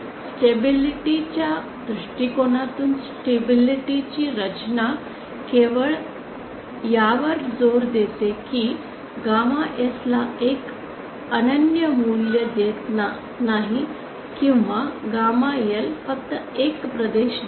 stability च्या दृष्टीकोनातून stability ची रचना केवळ यावर जोर देते कि गॅमा S ला एक अनन्य मूल्य देत नाही किंवा गॅमा L फक्त एक प्रदेश देते